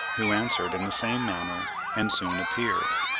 who answered in the same manner and soon appeared.